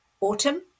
autumn